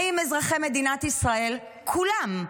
האם אזרחי מדינת ישראל כולם,